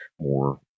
more